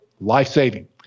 life-saving